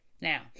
Now